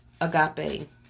agape